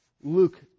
Luke